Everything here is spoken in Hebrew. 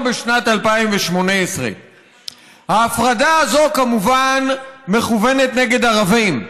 בשנת 2018. ההפרדה הזאת כמובן מכוונת נגד ערבים,